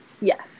Yes